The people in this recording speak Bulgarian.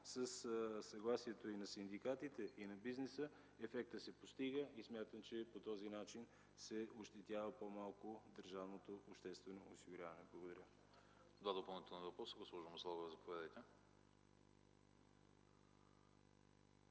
със съгласието и на синдикатите, и на бизнеса, ефектът се постига. Смятам, че по този начин по-малко се ощетява държавното обществено осигуряване. Благодаря.